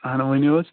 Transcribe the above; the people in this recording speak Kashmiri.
آہن ؤنِو حظ